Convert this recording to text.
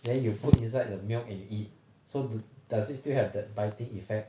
then you put inside the milk and you eat so do~ does it still have the biting effect